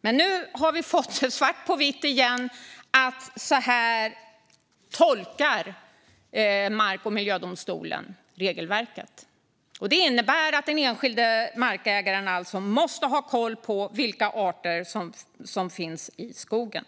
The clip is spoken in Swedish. Men nu har vi fått det svart på vitt igen: Så här tolkar mark och miljödomstolen regelverket. Det innebär att den enskilde markägaren alltså måste ha koll på vilka arter som finns i skogen.